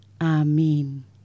Amen